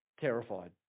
terrified